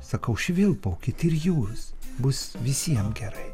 sakau švilpaukit ir jūs bus visiem gerai